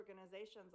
organizations